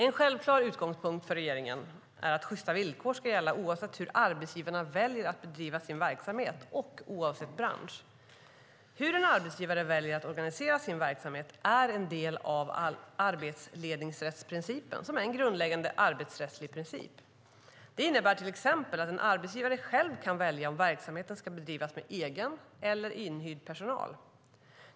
En självklar utgångspunkt för regeringen är att sjysta villkor ska gälla oavsett hur arbetsgivaren väljer att bedriva sin verksamhet och oavsett bransch. Hur en arbetsgivare väljer att organisera sin verksamhet är en del av arbetsledningsrättsprincipen, som är en grundläggande arbetsrättslig princip. Det innebär till exempel att en arbetsgivare själv kan välja om verksamheten ska bedrivas med egen eller inhyrd personal.